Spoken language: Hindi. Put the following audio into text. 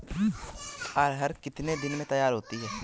अरहर कितनी दिन में तैयार होती है?